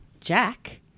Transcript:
Jack